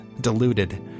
diluted